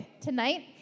tonight